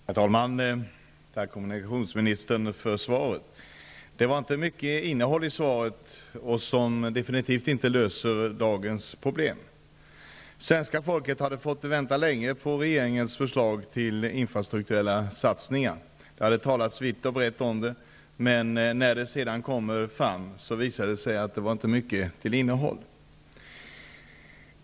Herr talman! Tack för svaret, kommunikationsministern! Det var inte mycket innehåll i svaret, och det löser definitivt inte dagens problem. Svenska folket hade fått vänta länge på regeringens förslag till infrastrukturella satsningar. Det hade talats vitt och brett om det, men när det sedan kom fram visade det sig inte ha mycket innehåll.